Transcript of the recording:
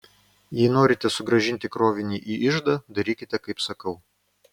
jei norite sugrąžinti krovinį į iždą darykite kaip sakau